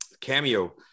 Cameo